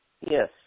Yes